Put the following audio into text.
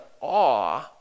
awe